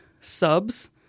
subs